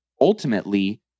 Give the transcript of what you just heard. ultimately